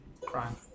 crime